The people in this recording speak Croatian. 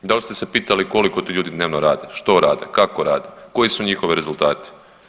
Dal ste se pitali koliko ti ljudi dnevno rade, što rade, kako rade, koji su njihovi rezultati.